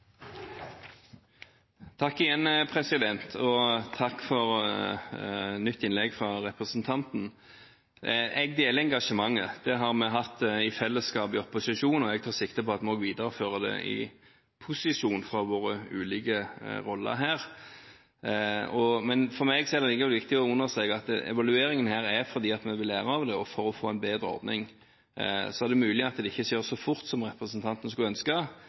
Takk igjen. Og takk for nytt innlegg fra representanten. Jeg deler engasjementet. Det har vi hatt i fellesskap i opposisjon, og jeg tar sikte på at en må videreføre det i posisjon, fra våre ulike roller her. Men for meg er det like viktig å understreke at evalueringen her skjer fordi vi vil lære av det, og for å få en bedre ordning. Så er det mulig at det ikke skjer så fort som representanten skulle ønske,